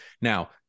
now